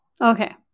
Okay